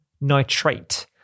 nitrate